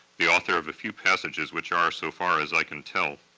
the author of a few passages which are, so far as i can tell,